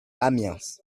amiens